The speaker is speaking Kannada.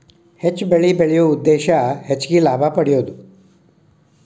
ಹೆಚ್ಚು ಬೆಳಿ ಬೆಳಿಯು ಉದ್ದೇಶಾ ಹೆಚಗಿ ಲಾಭಾ ಪಡಿಯುದು